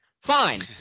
Fine